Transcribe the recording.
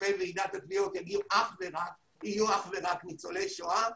כספי ועידת התביעות יהיו אך ורק ניצולי שואה,